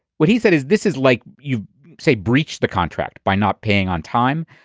what he said is this is like you say breached the contract by not paying on time.